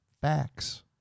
Facts